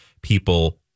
people